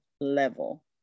level